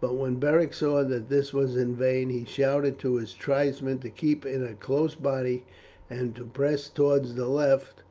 but when beric saw that this was in vain he shouted to his tribesmen to keep in a close body and to press towards the left,